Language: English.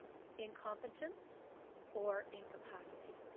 incompetence or incapacity.